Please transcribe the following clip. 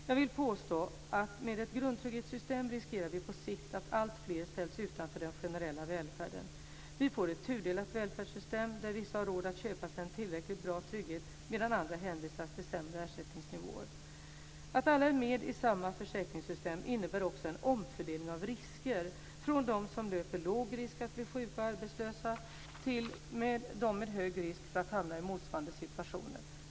Jag vill påstå att med ett grundtrygghetssystem riskerar vi på sikt att alltfler ställs utanför den generella välfärden. Vi får ett tudelat välfärdssystem, där vissa har råd att köpa sig en tillräckligt bra trygghet medan andra hänvisas till sämre ersättningsnivåer. Att alla är med i samma försäkringssystem innebär också en omfördelning av risker från dem som löper låg risk att bli sjuka och arbetslösa till dem med hög risk för att hamna i motsvarande situationer.